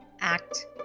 Act